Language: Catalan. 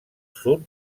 sud